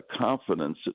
confidence